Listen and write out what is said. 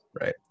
Right